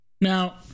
Now